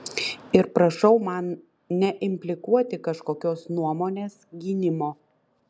ir prašau man neimplikuoti kažkokios nuomonės gynimo